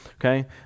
okay